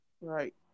Right